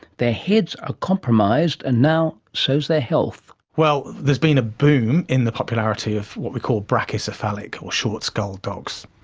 their heads are compromised and now so their health. well, there has been a boom in the popularity of what we call brachycephalic or short-skulled dogs.